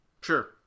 Sure